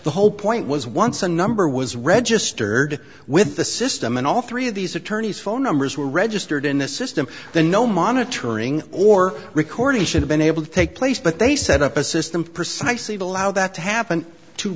the whole point was once a number was registered with the system and all three of these attorneys phone numbers were registered in the system the no monitoring or recording should have been able to take place but they set up a system precisely the allow that to happen to